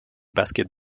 basket